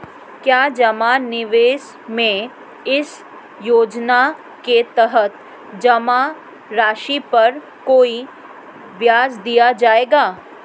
क्या जमा निवेश में इस योजना के तहत जमा राशि पर कोई ब्याज दिया जाएगा?